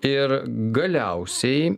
ir galiausiai